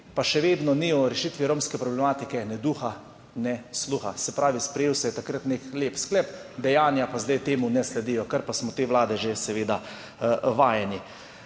pa še vedno ni o rešitvi romske problematike ne duha ne sluha. Se pravi, sprejel se je takrat nek lep sklep, dejanja pa zdaj temu ne sledijo, kar pa smo od te vlade že seveda vajeni.